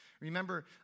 Remember